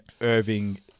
Irving